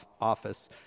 office